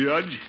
Judge